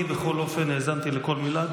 אני בכל אופן האזנתי לכל מילה,